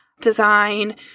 design